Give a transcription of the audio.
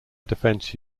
defence